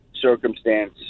circumstance